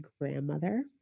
grandmother